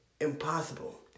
impossible